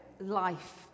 life